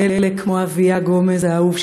ואלה כמו אביה גומז האהוב,